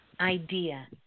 idea